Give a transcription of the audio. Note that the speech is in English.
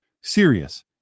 Serious